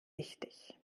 wichtig